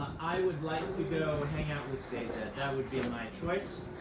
i would like to go hang out with sazed. that that would be my choice.